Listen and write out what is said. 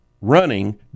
running